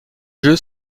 jeu